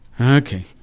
Okay